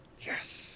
Yes